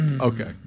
Okay